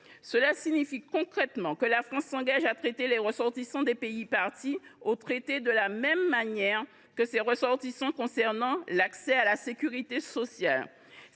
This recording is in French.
Cela signifie concrètement que la France s’engage à traiter les ressortissants des pays parties aux traités de la même manière que ses ressortissants concernant l’accès à la sécurité sociale.